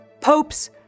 Popes